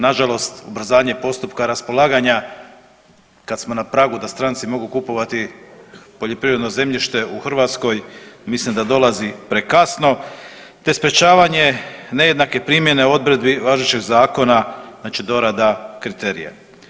Nažalost ubrzanje postupka raspolaganja kad smo na pragu da stranci mogu kupovati poljoprivredno zemljište u Hrvatskoj mislim da dolazi prekasno te sprječavanje nejednake primjene odredbi važećeg zakona, znači dorada kriterija.